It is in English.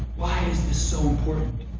why is this so important?